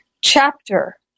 chapter